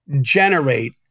generate